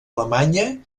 alemanya